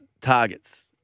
targets